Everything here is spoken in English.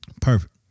perfect